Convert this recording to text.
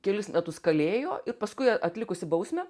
kelis metus kalėjo i paskui atlikusi bausmę